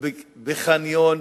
בחניון